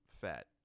fat